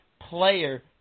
player